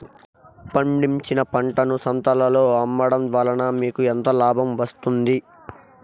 పండించిన పంటను సంతలలో అమ్మడం వలన మీకు ఎంత లాభం వస్తుంది?